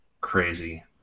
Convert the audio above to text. crazy